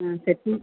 ହଁ ସେହିଠି